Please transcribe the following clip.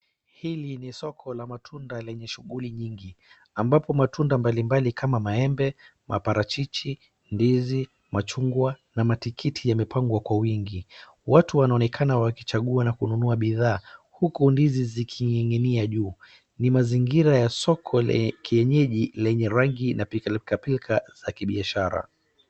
Hili ni soko la matunda lenye shughuli nyingi, ambapo matunda mbalimbali kama maembe, maparachichi, ndizi, machungwa na matikiti yamepangwa kwa wingi. Watu wanaonekana wakichagua na kununua bidhaa huku ndizi zikininginia juu. Ni mazingira ya soko la kienyeji, lenye rangi na pilka pilka za kibiashara.